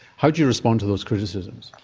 how do you respond to those criticisms?